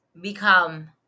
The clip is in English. become